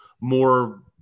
more